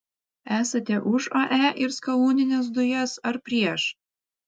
esate už ae ir skalūnines dujas ar prieš